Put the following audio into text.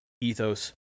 ethos